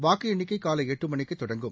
வாக்கு எண்ணிக்கை காலை எட்டு மணிக்கு தொடங்கும்